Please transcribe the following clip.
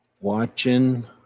watching